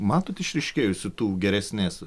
matot išryškėjusį tų geresnės